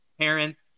parents